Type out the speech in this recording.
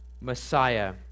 Messiah